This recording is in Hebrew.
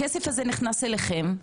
הכסף הזה נכנס אליכם,